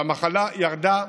שהמחלה ירדה.